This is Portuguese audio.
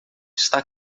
está